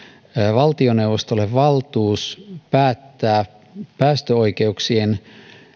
valtioneuvostolle valtuus päättää päästöoikeuksien